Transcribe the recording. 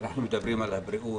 כשאנחנו מדברים על הבריאות,